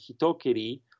Hitokiri